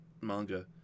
manga